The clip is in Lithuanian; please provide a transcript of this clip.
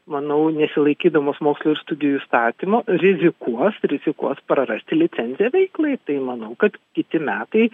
manau nesilaikydamas mokslo ir studijų įstatymo rizikuos rizikuos prarasti licenciją veiklai tai manau kad kiti metai